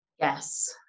Yes